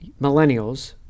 millennials